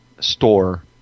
store